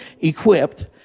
equipped